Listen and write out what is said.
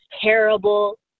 terrible